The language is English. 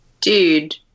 Dude